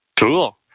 Cool